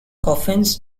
coffins